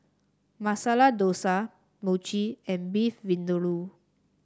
Masala Dosa Mochi and Beef Vindaloo